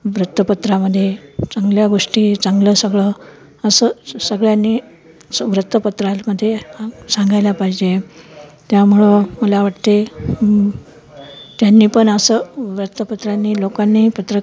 वृत्तपत्रामध्ये चांगल्या गोष्टी चांगलं सगळं असं सगळ्यांनी वृत्तपत्रामध्ये सांगायला पाहिजे त्यामुळं मला वाटते त्यांनी पण असं वृत्तपत्रानी लोकांनी पत्रक